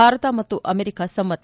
ಭಾರತ ಮತ್ತು ಅಮೆರಿಕ ಸಮ್ಮತಿ